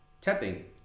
Tapping